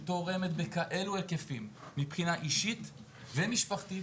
שתורמת בכאלו היקפים מבחינה אישית ומשפחתית